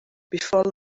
before